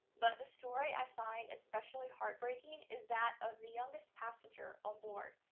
but the story i find especially heartbreaking is that of the youngest passenger on board,